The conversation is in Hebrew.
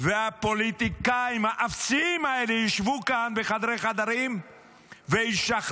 והפוליטיקאים האפסיים האלה ישבו כאן בחדרי חדרים וישחררו